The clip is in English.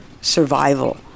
survival